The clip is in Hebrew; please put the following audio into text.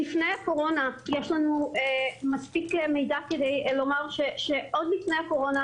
יש לנו מספיק מידע כדי לומר שעוד לפני הקורונה